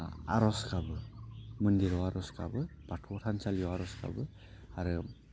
आर'ज गाबो मन्दिराव आर'ज गाबो बाथौ थानसालियाव आर'ज गाबो आरो